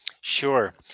Sure